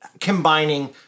combining